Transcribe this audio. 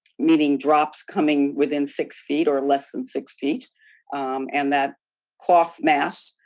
meaning drops coming within six feet or less than six feet and that cloth masks,